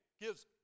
gives